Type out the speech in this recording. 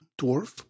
dwarf